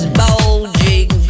bulging